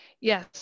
yes